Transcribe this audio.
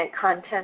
content